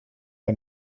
que